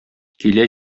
килә